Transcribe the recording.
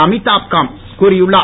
அமிதாப் காந்த் கூறியுள்ளார்